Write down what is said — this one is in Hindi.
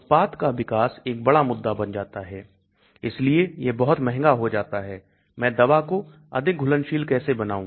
उत्पाद का विकास एक बड़ा मुद्दा बन जाता है इसलिए यह बहुत महंगा हो जाता है मैं दवा को अधिक घुलनशील कैसे बनाऊं